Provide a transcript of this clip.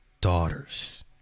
daughters